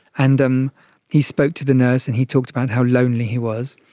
and um he spoke to the nurse and he talked about how lonely he was.